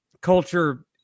culture